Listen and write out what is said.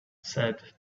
said